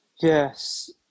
Yes